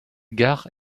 gare